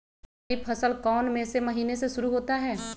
खरीफ फसल कौन में से महीने से शुरू होता है?